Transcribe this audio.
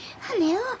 Hello